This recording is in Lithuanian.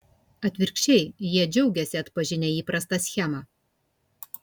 atvirkščiai jie džiaugiasi atpažinę įprastą schemą